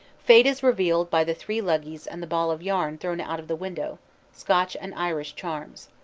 fate is revealed by the three luggies and the ball of yarn thrown out of the window scotch and irish charms.